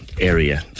area